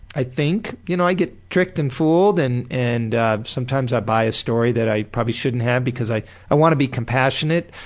i think. y'know, you know i get tricked and fooled and and sometimes i buy a story that i probably shouldn't have because i i want to be compassionate,